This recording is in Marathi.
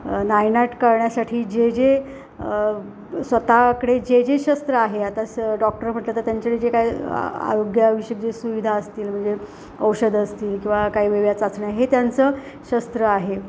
नायनाट करण्यासाठी जे जे स्वतःकडे जे जे शस्त्र आहे आता स डॉक्टर म्हटलं तर त्यांच्याकडे जे काय आरोग्याविषयक जे सुविधा असतील म्हणजे औषध असतील किंवा काही वेगवेगळ्या चाचण्या हे त्यांचं शस्त्र आहे